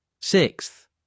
Sixth